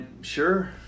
Sure